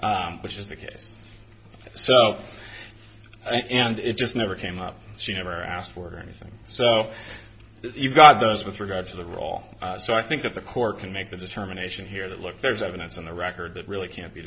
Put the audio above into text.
asked which is the case and it just never came up she never asked for anything so you got those with regard to the role so i think that the court can make the determination here that look there's evidence on the record that really can't be